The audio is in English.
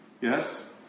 Yes